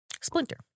Splinter